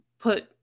put